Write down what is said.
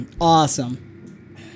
Awesome